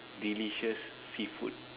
delicious seafood